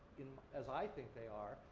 as i think they are,